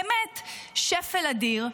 באמת שפל אדיר.